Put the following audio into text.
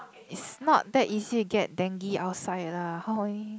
it's not easy to get dengue outside lah how only